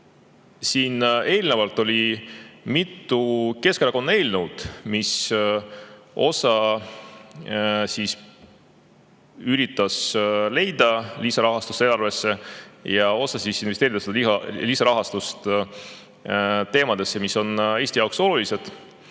Siin eelnevalt oli mitu Keskerakonna eelnõu, millest osa üritas leida lisarahastust eelarvesse ja osa investeerida seda lisarahastust teemadesse, mis on Eesti jaoks olulised.